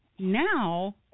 Now